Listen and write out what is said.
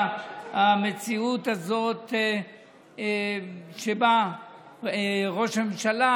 נגד המציאות שבה ראש הממשלה,